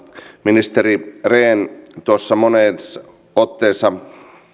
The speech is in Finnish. ministeri rehn monessa otteessa